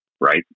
right